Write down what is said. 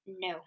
No